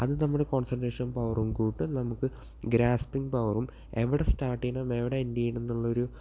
അത് നമ്മുടെ കോൺസൻട്രേഷൻ പവറും കൂട്ടും നമുക്ക് ഗ്രാസ്പിങ്ങ് പവറും എവിടെ സ്റ്റാർട് ചെയ്യണം എവിടെ എൻ്റ് ചെയ്യണം എന്നുള്ളൊരു